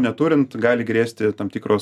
neturint gali grėsti tam tikros